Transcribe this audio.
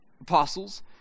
apostles